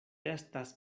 estas